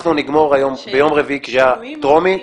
אנחנו נגמור ביום רביעי קריאה טרומית,